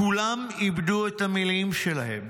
כולם איבדו את המילים שלהם".